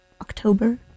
October